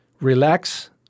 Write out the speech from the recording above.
Relax